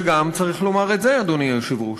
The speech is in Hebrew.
וגם, צריך לומר את זה, אדוני היושב-ראש: